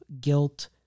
guilt